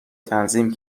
تنظیم